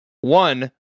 One